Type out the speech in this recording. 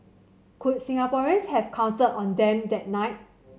could Singaporeans have counted on them that night